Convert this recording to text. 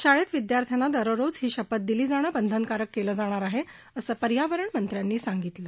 शाळेत विद्यार्थ्यांना दररोज ही शपथ दिली जाणं बंधनकारक केलं जाणार आहे असं पर्यावरणमंत्र्यांनी सांगितलं